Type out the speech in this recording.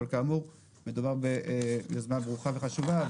אבל כאמור מדובר ביוזמה ברוכה וחשובה,